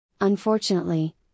Unfortunately